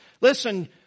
Listen